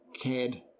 CAD